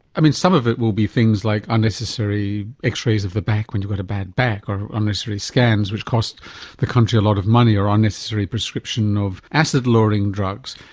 i mean some of it will be things like unnecessary x-rays of the back when you've got a bad back or unnecessary scans which cost the country a lot of money, or unnecessary prescription of acid lowering drugs.